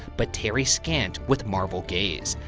but tarry scant with marvel gaze,